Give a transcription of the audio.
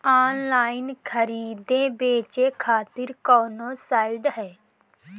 Online खरीदे बेचे खातिर कवन साइड ह?